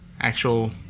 actual